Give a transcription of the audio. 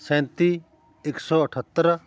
ਸੈਂਤੀ ਇੱਕ ਸੌ ਅਠੱਤਰ